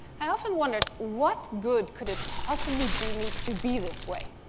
i often wondered, what good could it possibly do me to be this way?